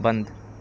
बंद